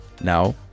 Now